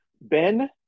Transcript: Ben